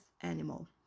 animal